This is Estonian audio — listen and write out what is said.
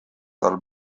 tal